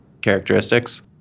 characteristics